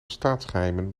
staatsgeheimen